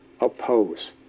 oppose